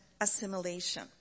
assimilation